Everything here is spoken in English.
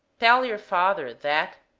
tell your father that